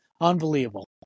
unbelievable